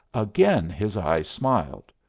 again his eyes smiled.